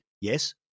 Yes